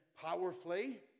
powerfully